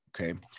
Okay